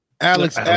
Alex